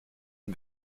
une